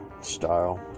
style